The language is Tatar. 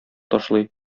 ташлый